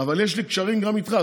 אבל יש לי קשרים גם איתך,